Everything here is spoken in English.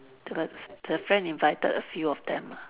the the friend invited a few of them lah